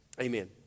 amen